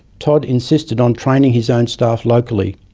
todd insisted on training his own staff locally,